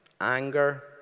anger